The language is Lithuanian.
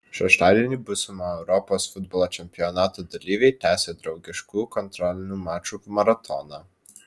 šeštadienį būsimo europos futbolo čempionato dalyviai tęsė draugiškų kontrolinių mačų maratoną